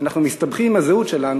אנחנו מסתבכים עם הזהות שלנו,